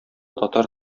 татар